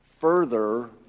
further